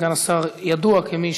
סגן השר ידוע כמי